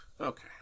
Okay